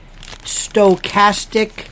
Stochastic